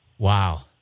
Wow